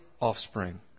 offspring